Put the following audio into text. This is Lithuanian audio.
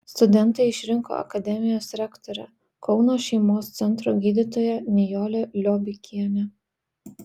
studentai išrinko akademijos rektorę kauno šeimos centro gydytoją nijolę liobikienę